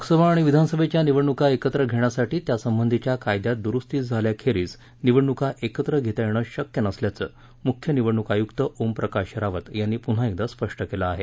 लोकसभा आणि विधानसभेच्या निवडणुका एकत्र घेण्यासाठी त्यासंबंधीच्या कायद्यात दुरूस्ती झाल्याखेरीस निवडणुका एकत्र घेता येणं शक्य नसल्याचं मुख्य निवडणूक आयुक्त ओमप्रकाश रावत यांनी पुन्हा एकदा स्पष्ट केलं आहे